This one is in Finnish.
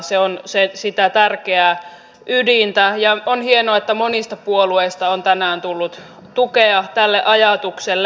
se on sitä tärkeää ydintä ja on hienoa että monista puolueista on tänään tullut tukea tälle ajatukselle